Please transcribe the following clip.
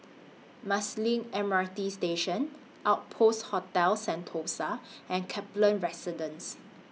Marsiling M R T Station Outpost Hotel Sentosa and Kaplan Residence